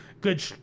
good